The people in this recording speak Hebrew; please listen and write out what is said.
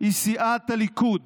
היא סיעת הליכוד.